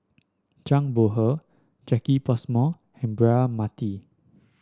Zhang Bohe Jacki Passmore and Braema Mathi